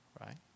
Right